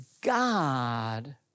God